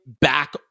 back